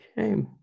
okay